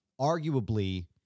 arguably